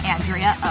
Andrea